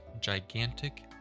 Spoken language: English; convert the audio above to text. gigantic